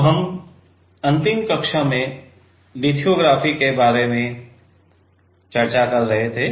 तो हम अंतिम कक्षा में हम लिथोग्राफी के बारे में चर्चा कर रहे थे